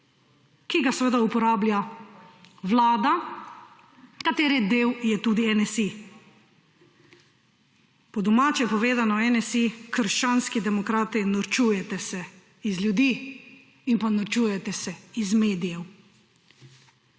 ki ga seveda uporablja vlada, katere del je tudi NSi. Po domače povedano, NSi – krščanski demokrati norčujete se iz ljudi in norčujete se iz medijev.